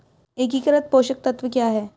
एकीकृत पोषक तत्व क्या है?